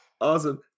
Awesome